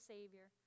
Savior